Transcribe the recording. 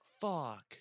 fuck